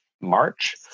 March